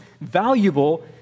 valuable